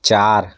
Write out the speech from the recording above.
चार